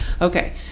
okay